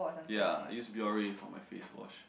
ya I use Biore for my face wash